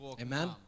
Amen